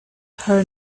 her